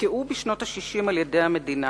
הופקעו בשנות ה-60 על-ידי המדינה